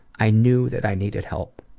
i knew that i needed help.